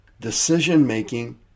decision-making